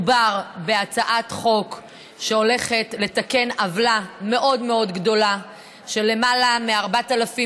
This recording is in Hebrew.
מדובר בהצעת חוק שהולכת לתקן עוולה מאוד מאוד גדולה ללמעלה מ-4,000